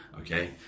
okay